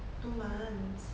two months